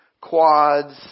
quads